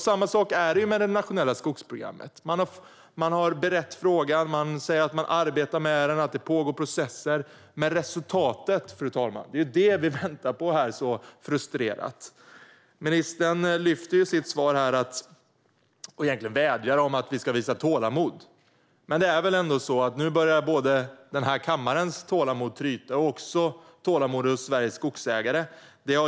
Samma sak är det med det nationella skogsprogrammet. Man har berett frågan. Man säger att man arbetar med den och att det pågår processer. Men resultatet, fru talman, är det vi väntar på så frustrerat. Ministern vädjar i sitt svar om att vi ska visa tålamod. Men nu är det väl ändå så att tålamodet börjar tryta, både i den här kammaren och bland Sveriges skogsägare.